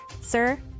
sir